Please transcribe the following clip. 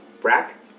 Brack